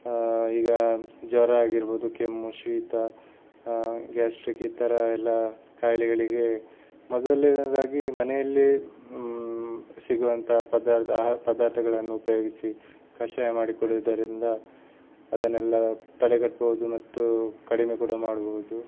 ಈಗ ಜ್ವರ ಆಗಿರ್ಬೋದು ಕೆಮ್ಮು ಶೀತ ಗ್ಯಾಸ್ಟ್ರಿಕ್ ಈ ಥರಯೆಲ್ಲ ಕಾಯಿಲೆಗಳಿಗೆ ಮೊದಲನೇದಾಗಿ ಮನೆಯಲ್ಲಿಯೇ ಸಿಗುವಂಥ ಪದಾರ್ಥ ಆ ಪದಾರ್ಥಗಳನ್ನು ಉಪಯೋಗಿಸಿ ಕಷಾಯ ಮಾಡಿ ಕುಡಿಯುವುದರಿಂದ ಅದನ್ನೆಲ್ಲ ತಡೆಗಟ್ಬೋದು ಮತ್ತು ಕಡಿಮೆ ಕೂಡ ಮಾಡ್ಬೋದು